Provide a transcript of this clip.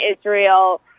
Israel